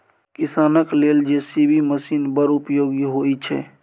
किसानक लेल JCB machine बड़ उपयोगी होइ छै